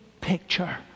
picture